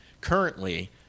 currently